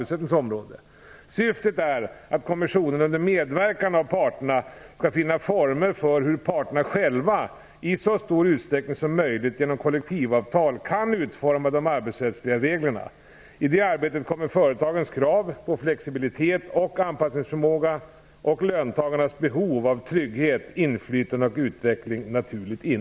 Syftet är att kommissionen under medverkan av parterna skall finna former för hur parterna själva i så stor utsträckning som möjligt genom kollektivavtal kan utforma de arbetsrättsliga reglerna. I det arbetet kommer företagens krav på flexibilitet och anpassningsförmåga, och löntagarnas behov av trygghet, inflytande och utveckling, naturligt in.